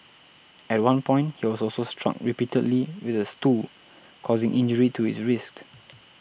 at one point he was also struck repeatedly with a stool causing injury to his wrist